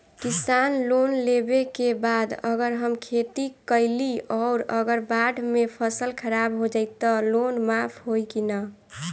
किसान लोन लेबे के बाद अगर हम खेती कैलि अउर अगर बाढ़ मे फसल खराब हो जाई त लोन माफ होई कि न?